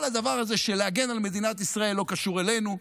כל הדבר הזה של להגן על מדינת ישראל לא קשור אלינו,